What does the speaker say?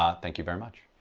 um thank you very much.